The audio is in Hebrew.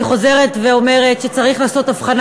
אני חוזרת ואומרת שצריך לעשות הבחנה